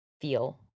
feel